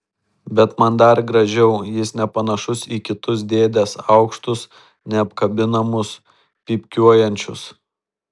bet man dar gražiau jis nepanašus į kitus dėdes aukštus neapkabinamus pypkiuojančius